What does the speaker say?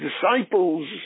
disciples